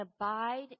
abide